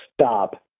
stop